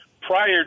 prior